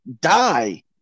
die